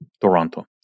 Toronto